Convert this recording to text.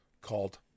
called